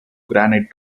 granite